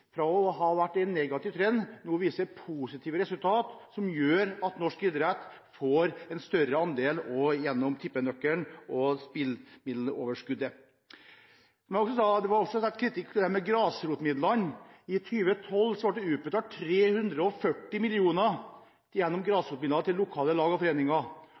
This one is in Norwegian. fra å ha hatt en negativ trend, nå går i positiv retning, noe som gjør at norsk idrett får en større andel også gjennom tippenøkkelen og spillemiddeloverskuddet. Det var også rettet kritikk mot dette med grasrotmidlene. I 2012 ble det utbetalt 340 mill. kr gjennom grasrotmidler til lokale lag og foreninger,